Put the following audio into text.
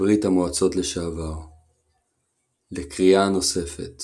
ברית המועצות לשעבר לקריאה נוספת